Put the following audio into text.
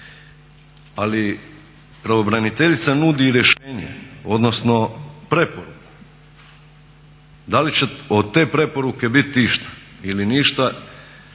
Ali pravobraniteljica nudi rješenje, odnosno preporuku, da li će od te preporuke biti išta ili ništa